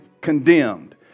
condemned